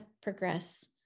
progress